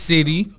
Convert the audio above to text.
City